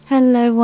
Hello